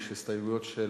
יש הסתייגויות של